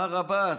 מר עבאס,